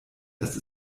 dass